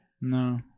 No